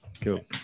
Cool